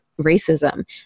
racism